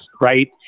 right